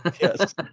Yes